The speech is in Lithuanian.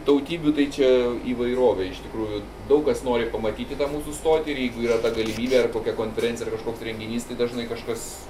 tautybių tai čia įvairovė iš tikrųjų daug kas nori pamatyti mūsų stotį ir jeigu yra ta galimybė ar kokia konferencija ar kažkoks renginys tai dažnai kažkas